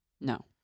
No